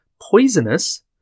Poisonous